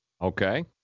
Okay